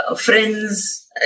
friends